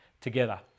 together